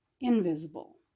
invisible